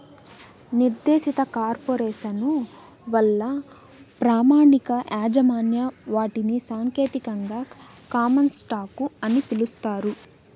నిర్దేశిత కార్పొరేసను వల్ల ప్రామాణిక యాజమాన్య వాటాని సాంకేతికంగా కామన్ స్టాకు అని పిలుస్తారు